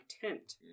tent